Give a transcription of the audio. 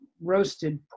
roasted